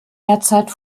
derzeit